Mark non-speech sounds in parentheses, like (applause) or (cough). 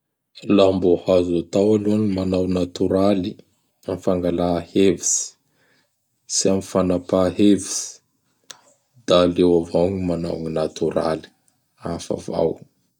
(noise) Laha mbô azo atao aloha ny manao natoraly am fangalà hevitsy sy am fanampa hevitsy; da aleo avao gny manao natoraly. Hafa avao!